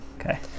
Okay